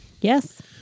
Yes